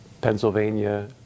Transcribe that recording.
Pennsylvania